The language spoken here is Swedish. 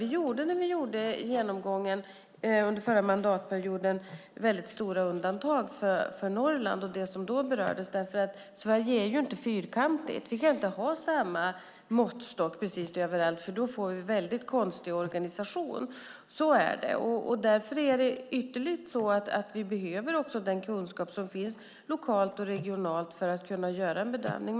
Vi gjorde, när vi gjorde genomgången under förra mandatperioden, stora undantag för Norrland och det som då berördes, eftersom Sverige inte är fyrkantigt. Vi kan inte ha samma måttstock överallt, för då får vi en väldigt konstig organisation. Så är det. Därför behöver vi också den kunskap som finns lokalt och regionalt för att kunna göra en bedömning.